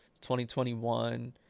2021